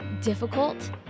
difficult